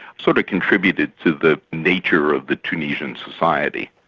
sort of contributed to the nature of the tunisian society.